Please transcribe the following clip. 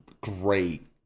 great